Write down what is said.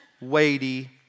weighty